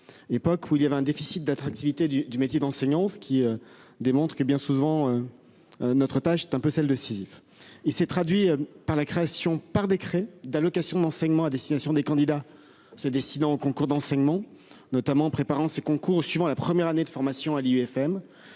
époque où il y avait un déficit d'attractivité du métier d'enseignant ce qui. Démontre qu'il est bien souvent. Notre tâche est un peu celle de Sisyphe. Il s'est traduit par la création par décret d'allocation d'enseignement à destination des candidats se décidant concours d'enseignement notamment préparant ses concours suivant la première année de formation à l'IUFM